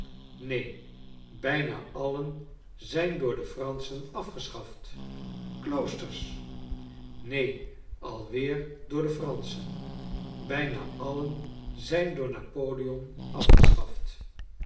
neen bijna alien zijn door de franschen afgeschaft kloosters neen alweer door de franschen bijna alien zijn door napoleon afgeschaft